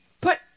put